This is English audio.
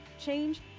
change